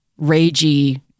ragey